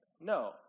No